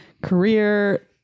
Career